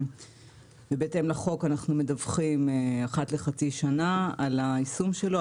בהתאם לחוק אנחנו מדווחים אחת לחצי שנה על היישום שלו,